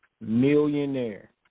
Millionaire